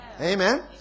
Amen